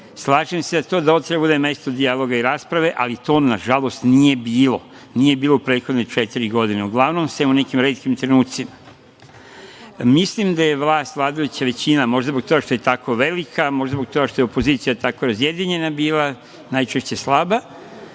se da ovo treba da bude mesto dijaloga i rasprave, ali to na žalost nije bilo, nije bilo prethodne četiri godine, uglavnom se u nekim retkim trenucima. Mislim da je vlast, vladajuća većina, zbog toga što je toliko velika, možda zbog toga što je opozicija tako razjedinjena bila, najčešće slaba,